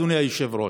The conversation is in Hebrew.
אדוני היושב-ראש,